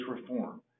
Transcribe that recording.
reform